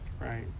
Right